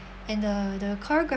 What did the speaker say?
and the the choreography